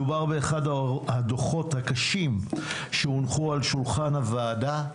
מדובר באחד הדוחות הקשים שהונחו על שולחן הוועדה,